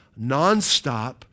nonstop